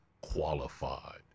qualified